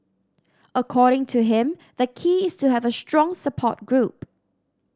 according to him the key is to have a strong support group